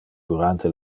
durante